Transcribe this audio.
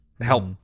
help